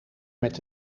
met